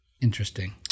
interesting